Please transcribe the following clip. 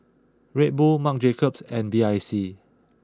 Red Bull Marc Jacobs and B I C